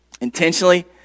intentionally